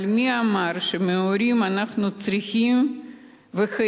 אבל מי אמר שמההורים אנחנו צריכים וחייבים